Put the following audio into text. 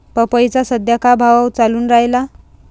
पपईचा सद्या का भाव चालून रायला?